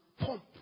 pump